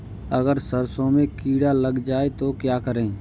अगर सरसों में कीड़ा लग जाए तो क्या करें?